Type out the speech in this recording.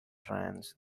trans